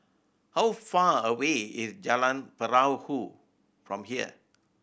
how far away is Jalan Perahu from here